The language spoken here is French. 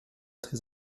très